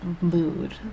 mood